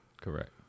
Correct